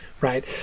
right